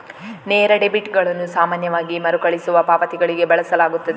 ನೇರ ಡೆಬಿಟುಗಳನ್ನು ಸಾಮಾನ್ಯವಾಗಿ ಮರುಕಳಿಸುವ ಪಾವತಿಗಳಿಗೆ ಬಳಸಲಾಗುತ್ತದೆ